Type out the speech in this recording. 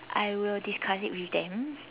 I will discuss it with them